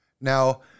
Now